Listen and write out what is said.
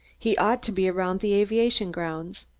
he ought to be around the aviation grounds.